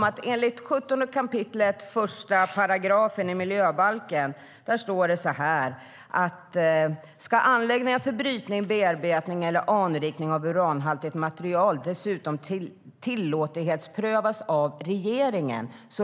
Av 17 kap. 1 § i miljöbalken framgår det att anläggningar för brytning, bearbetning eller anrikning av uranhaltigt material dessutom ska tillåtlighetsprövas av regeringen.